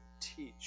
teach